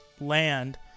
land